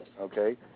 Okay